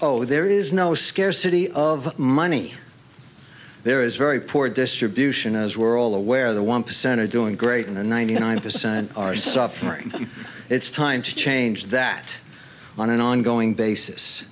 oh there is no scarcity of money there is very poor distribution as we're all aware the one percent are doing great and the ninety nine percent are suffering it's time to change that on an ongoing basis